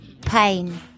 pain